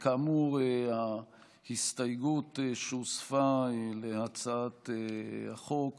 כאמור, ההסתייגות שהוספה להצעת החוק